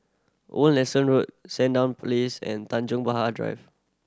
Old Nelson Road Sandown Place and Tanjong Drive